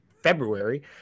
February